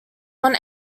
want